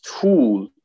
tool